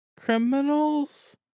criminals